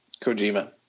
Kojima